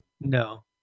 No